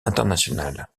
internationale